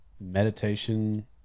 Meditation